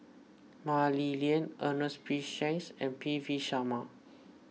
Mah Li Lian Ernest P Shanks and P V Sharma